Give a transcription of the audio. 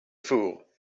fool